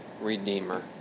redeemer